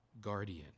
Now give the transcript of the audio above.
guardian